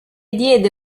diede